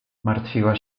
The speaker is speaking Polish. martwiła